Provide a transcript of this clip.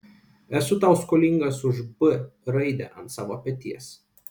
esu tau skolingas už b raidę ant savo peties